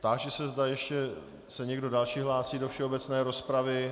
Táži se, zda se ještě někdo další hlásí do všeobecné rozpravy.